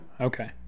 Okay